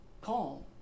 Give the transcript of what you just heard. calm